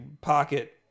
pocket